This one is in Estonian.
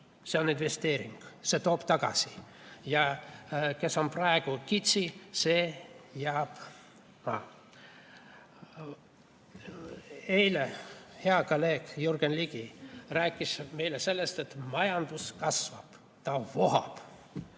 see on investeering, see toob tagasi. Kes on praegu kitsi, see jääb rahata. Eile hea kolleeg Jürgen Ligi rääkis meile sellest, et majandus kasvab, ta vohab.